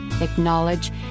acknowledge